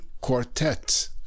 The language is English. Quartet